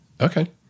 Okay